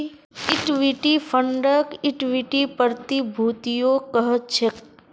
equity फंडक equity प्रतिभूतियो कह छेक